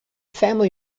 family